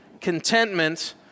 contentment